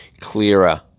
clearer